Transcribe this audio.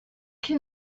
can